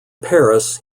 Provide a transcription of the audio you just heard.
paris